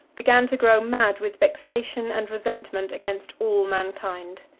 began to grow mad with vexation and resentment against all mankind.